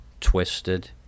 Twisted